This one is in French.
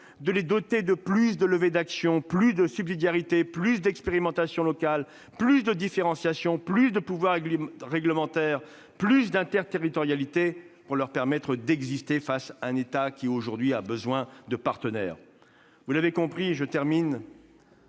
de les doter de plus de leviers d'action : plus de subsidiarité, plus d'expérimentations locales, plus de différenciation, plus de pouvoir réglementaire, plus d'interterritorialité, pour leur permettre d'exister face à un État qui, aujourd'hui, a besoin de partenaires. Vous l'avez compris, le groupe